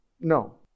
No